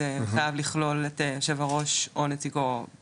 זה חייב לכלול את יושב הראש או נציגו.